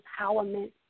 empowerment